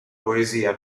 poesia